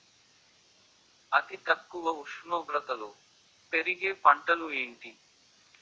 అతి తక్కువ ఉష్ణోగ్రతలో పెరిగే పంటలు ఏంటి?